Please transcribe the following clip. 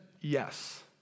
yes